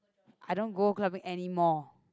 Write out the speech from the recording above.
I don't go clubbing anymore